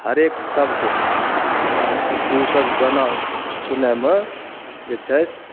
हरेक शब्दमे आब ओसब गाना सुनएमे जे छै